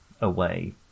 away